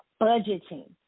budgeting